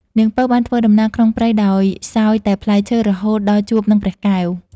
នាងពៅបានធ្វើដំណើរក្នុងព្រៃដោយសោយតែផ្លែឈើរហូតដល់ជួបនឹងព្រះកែវ ។